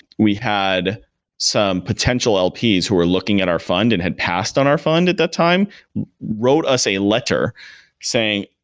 we had some potential lps who are looking at our fund and had passed on our fund at the time wrote us a letter saying,